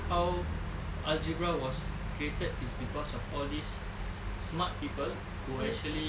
how algebra was created is cause of all these smart people who actually